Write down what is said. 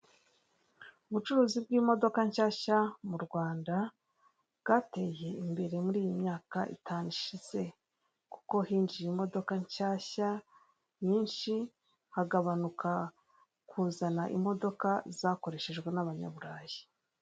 Ubucuruzi bw'imodoka nshyashya mu Rwanda bwateye imbere muri iyi myaka itanu ishize kuko hinjiye imodoka nshyashya nyinshi hagabanuka kuzana imodoka zakoreshejwe n'abanyaburayi.